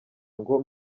ngo